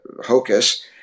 hocus